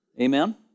Amen